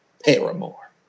Paramore